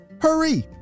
Hurry